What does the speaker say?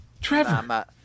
Trevor